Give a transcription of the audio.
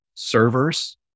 Servers